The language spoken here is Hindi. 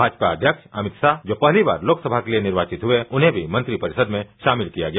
भाजपा अध्यीक्ष अमित शाह जो पहली बार लोकसभा के लिए निर्वाचित हुए है उन्हें भी मंत्रिपरिषद में शामिल किया गया